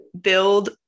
build